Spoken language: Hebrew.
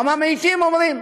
הממעיטים אומרים